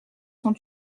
sont